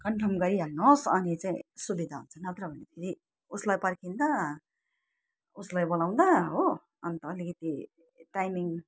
confirm गरि हाल्नु होस् अनि चाहिँ सुविधा हुन्छ नत्र भने चाहिँ उसलाई पर्खँदा उसलाई बोलाउँदा हो अन्त अलिकति टाइमिङ